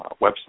website